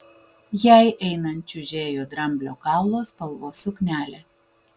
jai einant čiužėjo dramblio kaulo spalvos suknelė